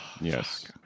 Yes